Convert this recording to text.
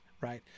right